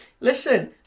Listen